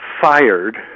Fired